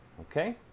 okay